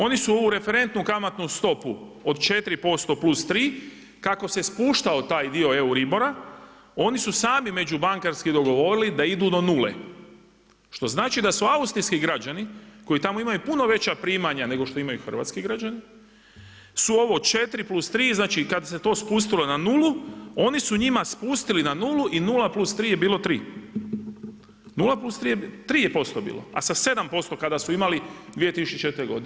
Oni su ovu referentnu kamatnu stopu od 4% plus tri kako se spuštao taj dio Euribora, oni su sami međubankarski dogovorili da idu do nule, što znači da su austrijski građani koji tamo imaju puno veća primanja nego što imaju hrvatski građani su ovo 4+3, znači kad se to spustilo na nulu oni su njima spustili na nulu i 0+3 je bilo 3. 0+3 tri je posto bilo, a sa 7% kada su imali 2004. godine.